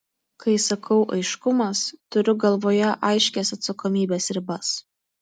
kai sakau aiškumas turiu galvoje aiškias atsakomybės ribas